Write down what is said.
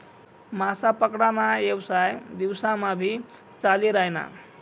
मासा पकडा ना येवसाय दिवस मा भी चाली रायना